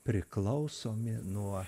priklausomi nuo